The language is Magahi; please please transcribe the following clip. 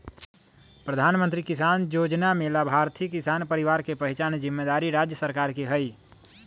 प्रधानमंत्री किसान जोजना में लाभार्थी किसान परिवार के पहिचान जिम्मेदारी राज्य सरकार के हइ